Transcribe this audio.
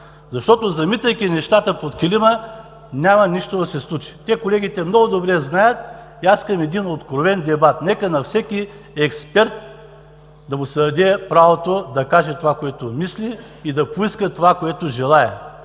армията. Замитайки нещата под килима, няма нищо да се случи. Колегите много добре знаят и искам откровен дебат. Нека на всеки експерт да му се даде правото да каже това, което мисли и да поиска това, което желае,